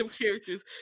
characters